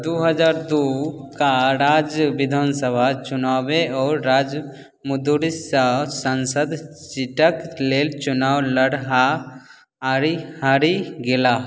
दू हजार दू का राज्य विधानसभा चुनावे आओर राज मुदरीसँ सांसद सीटक लेल चुनाओ लड़हा आरि हारि गेलाह